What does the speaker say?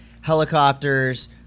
helicopters